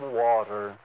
water